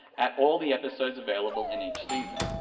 at all the episodes available in each season.